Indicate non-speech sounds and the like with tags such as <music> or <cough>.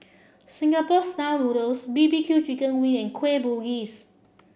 Singapore <unintelligible> noodles B B Q chicken wing and Kueh Bugis